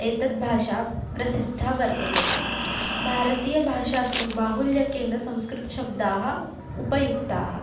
एतद्भाषा प्रसिद्धा वर्तते भारतीयभाषासु बाहुल्यकेन संस्कृतशब्दाः उपयुक्ताः